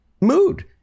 mood